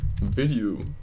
Video